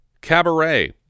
Cabaret